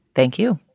thank you.